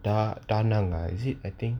da~ da nang ah is it I think